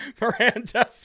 Miranda